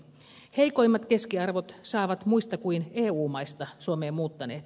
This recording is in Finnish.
heikoimmat keskiarvot saavat muista kuin eu maista suomeen muuttaneet